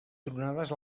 tronades